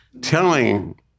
telling